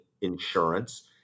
insurance